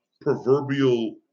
proverbial